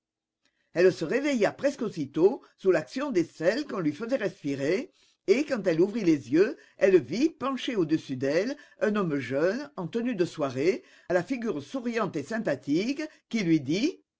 elle se réveilla presque aussitôt sous l'action des sels qu'on lui faisait respirer et quand elle ouvrit les yeux elle vit penché au-dessus d'elle un homme jeune en tenue de soirée la figure souriante et sympathique qui lui dit